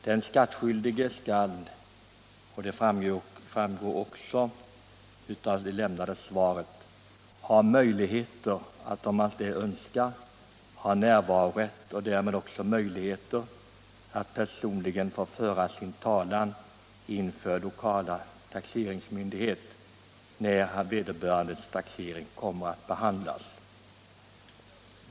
Den skattskyldige har, som också framgår av det lämnade svaret, om han det önskar närvarorätt inför den lokala taxeringsmyndigheten och har därmed också möjligheter att där personligen få föra sin talan när det egna taxeringsärendet behandlas.